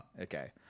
Okay